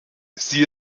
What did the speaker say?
sie